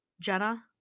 Jenna